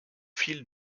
fil